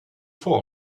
vor